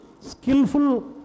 skillful